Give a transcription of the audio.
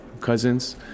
cousins